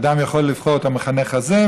אדם יכול לבחור את המחנך הזה,